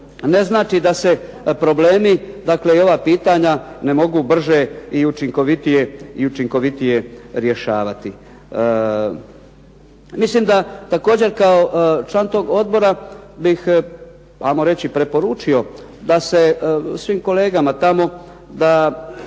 kazati da se problemi i ova pitanja ne mogu brže i učinkovitije rješavati. Mislim da kao član toga odbora, da bih 'ajmo reći preporučio, da se svim kolegama tamo, da